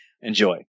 Enjoy